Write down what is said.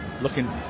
looking